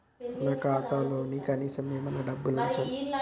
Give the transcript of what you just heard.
నా ఖాతాలో కనీసం ఏమన్నా డబ్బులు ఉంచాలా?